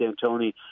D'Antoni